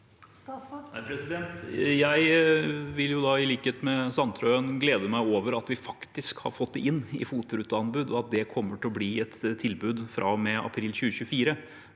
Jeg vil da, i lik- het med Sandtrøen, glede meg over at vi faktisk har fått det inn til FOT-ruteanbud, og at det kommer til å bli et tilbud fra og med april 2024.